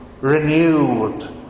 renewed